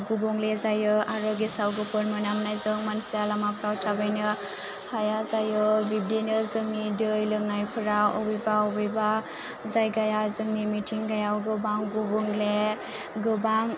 गुबुंले जायो आरो गेसाव गोफोन मोनामनायजों मानसिया लामाफ्राव थाबायनो हाया जायो बिबदिनो जोंनि दै लोनायफ्रा अबेबा अबेबा जायगाया जोंनि मिथिंगायाव गोबां गुबुंले गोबां